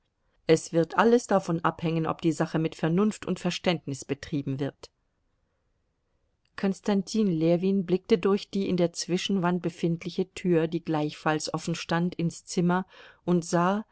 es wird alles davon abhängen ob die sache mit vernunft und verständnis betrieben wird konstantin ljewin blickte durch die in der zwischenwand befindliche tür die gleichfalls offenstand ins zimmer und sah